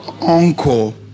uncle